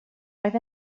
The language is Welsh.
oedd